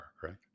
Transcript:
correct